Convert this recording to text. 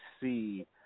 see